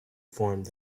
formed